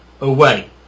away